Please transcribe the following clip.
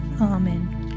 Amen